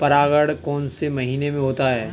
परागण कौन से महीने में होता है?